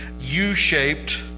U-shaped